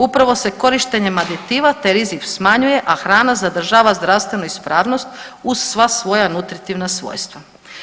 Upravo se korištenjem aditiva taj rizik smanjuje, a hrana zadržava zdravstvenu ispravnost uz sva svoja nutritivna svojstva.